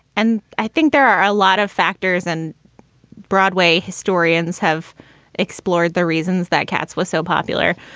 and i think there are a lot of factors. and broadway historians have explored the reasons that katz was so popular.